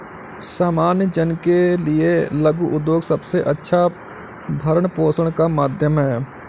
सामान्य जन के लिये लघु उद्योग सबसे अच्छा भरण पोषण का माध्यम है